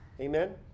Amen